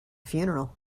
funeral